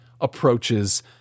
approaches